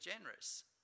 generous